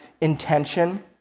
intention